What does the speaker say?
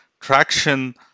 traction